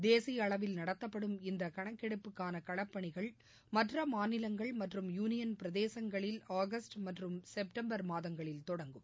தேசியஅளவில் நடத்தப்படும் இந்தகணக்கெடுப்புக்கானகளப்பணிகள் மற்றமாநிலங்கள் மற்றும் யூனியன் பிரதேசங்களில் ஆகஸ்ட் மற்றும் செப்டம்பர் மாதங்களில் தொடங்கும்